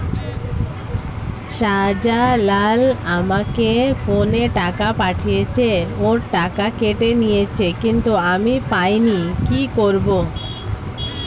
শাহ্জালাল আমাকে ফোনে টাকা পাঠিয়েছে, ওর টাকা কেটে নিয়েছে কিন্তু আমি পাইনি, কি করব?